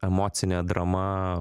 emocinė drama